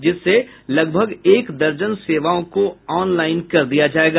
जिससे लगभग एक दर्जन सेवाओं को ऑनलाइन कर दिया जायेगा